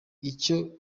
icyo